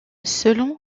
selon